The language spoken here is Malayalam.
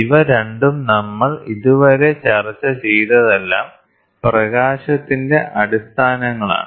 ഇവ രണ്ടും നമ്മൾ ഇതുവരെ ചർച്ച ചെയ്തതെല്ലാം പ്രകാശത്തിന്റെ അടിസ്ഥാനങ്ങളാണ്